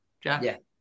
Jack